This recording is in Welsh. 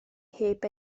heb